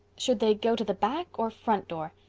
should they go to the back or front door?